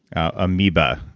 amoeba,